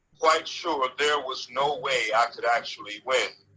quite sure there was no way i could actually win.